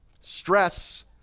Stress